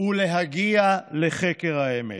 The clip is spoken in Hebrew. ולהגיע לחקר האמת.